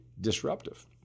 disruptive